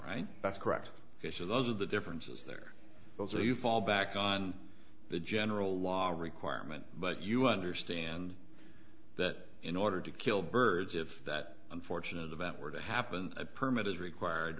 right that's correct because those are the differences there those are you fall back on the general laws requirement but you understand that in order to kill birds if that unfortunate event were to happen a permit is required